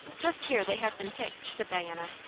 just here they have been picked, said diana.